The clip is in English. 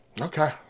Okay